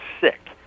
sick